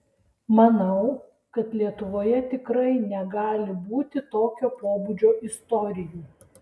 manau kad lietuvoje tikrai negali būti tokio pobūdžio istorijų